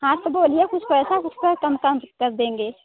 हाँ तो बोलिए कुछ पैसा कुछ और कम डिस्काउंट कर देंगे